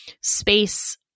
space